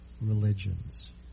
religions